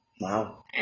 Wow